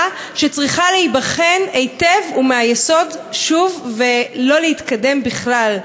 שצריכה להיבחן היטב ומהיסוד שוב ולא להתקדם בכלל.